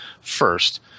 first